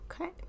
Okay